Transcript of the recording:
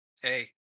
Hey